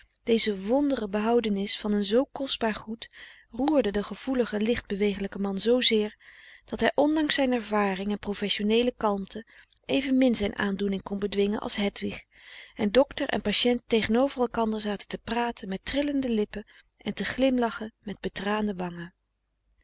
deze wondere behoudenis van een zoo kostbaar goed roerde den gevoeligen lichtbewegelijken man zoozeer dat hij ondanks zijn ervaring en professioneele kalmte evenmin zijn aandoening kon bedwingen als hedwig en docter en patient tegenover elkander zaten te praten met trillende lippen en te glimlachen met betraande wangen